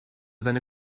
seine